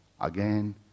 again